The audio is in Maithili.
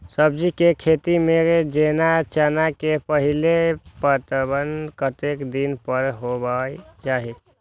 सब्जी के खेती में जेना चना के पहिले पटवन कतेक दिन पर हेबाक चाही?